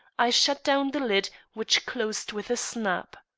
i shut down the lid, which closed with a snap.